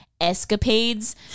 escapades